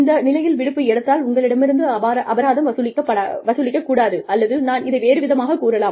இந்த நிலையில் விடுப்பு எடுத்தால் உங்களிடமிருந்து அபராதம் வசூலிக்கக் கூடாது அல்லது நான் இதை வேறு விதமாக பார்க்கலாம்